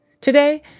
Today